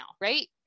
right